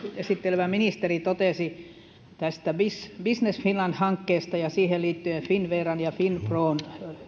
esittelevä ministeri totesi business finland hankkeesta ja siihen liittyen finnveran ja finpron